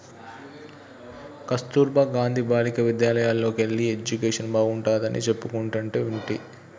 కస్తుర్బా గాంధీ బాలికా విద్యాలయల్లోకెల్లి ఎడ్యుకేషన్ బాగుంటాడని చెప్పుకుంటంటే వింటి